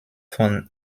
von